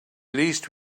least